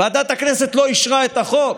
ועדת הכנסת לא אישרה את החוק,